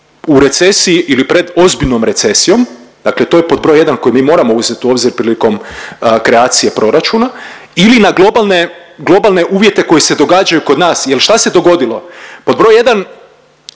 u recesiji ili pred ozbiljnom recesijom, dakle to je pod broj jedan koji mi moramo uzet u obzir prilikom kreacije proračuna ili na globalne, globalne uvjete koji se događaju kod nas, jel šta se dogodilo? Pod broj jedan,